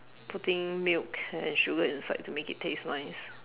putting milk and sugar inside to make it taste nice